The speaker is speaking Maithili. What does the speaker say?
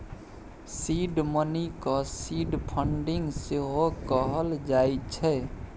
सीड मनी केँ सीड फंडिंग सेहो कहल जाइ छै